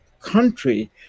country